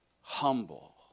humble